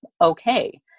okay